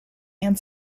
and